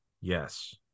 Yes